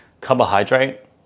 carbohydrate